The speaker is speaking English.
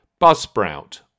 Buzzsprout